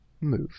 move